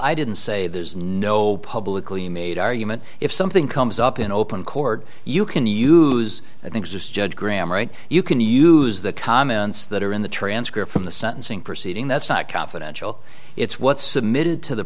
i didn't say there's no publicly made argument if something comes up in open court you can use i think this judge graham right you can use the comments that are in the transcript from the sentencing proceeding that's not confidential it's what's submitted to the